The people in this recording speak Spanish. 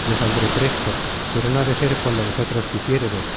yo saldré presto pero no ha de ser cuando vosotros quisiéredes